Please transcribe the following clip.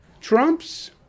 Trump's